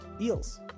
Eels